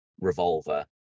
revolver